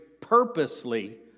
purposely